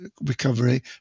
recovery